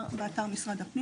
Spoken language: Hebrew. באתר משרד הפנים?